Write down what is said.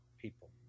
people